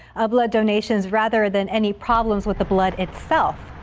a blood donations rather than any problems with the blood itself.